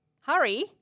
Hurry